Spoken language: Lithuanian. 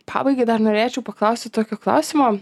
pabaigai dar norėčiau paklausti tokio klausimo